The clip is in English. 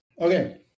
Okay